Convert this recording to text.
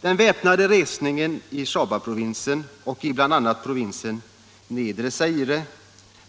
Den väpnade resningen i Shabaprovinsen och i bl.a. provinserna Nedre Zaire,